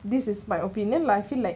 this is my opinion but I feel like